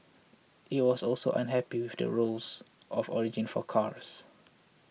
it was also unhappy with the rules of origin for cars